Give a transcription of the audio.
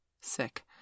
sick